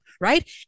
Right